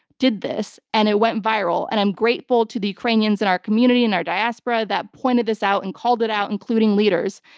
did this and it went viral. and i'm grateful to the ukrainians in our community, in our diaspora, that pointed this out and called it out, including leaders.